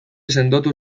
sendotu